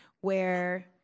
where-